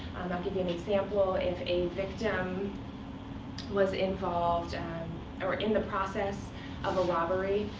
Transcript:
i'll give you an example. if a victim was involved and or in the process of a robbery,